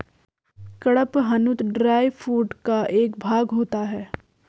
कड़पहनुत dry food का एक भाग होता है